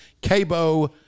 Cabo